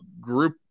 group